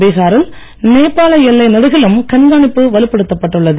பீஹாரில் நேபாள எல்லை நெடுகிலும் கண்காணிப்பு வலுப்படுத்தப்பட்டுள்ளது